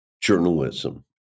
journalism